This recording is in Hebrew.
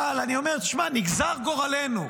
אבל אני אומר: שמע, נגזר גורלנו.